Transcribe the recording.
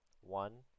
One